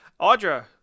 Audra